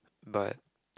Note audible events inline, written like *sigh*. but *noise*